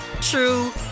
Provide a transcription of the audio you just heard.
true